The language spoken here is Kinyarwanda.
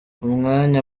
umwanya